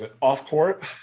off-court